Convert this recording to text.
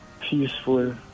peaceful